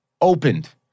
opened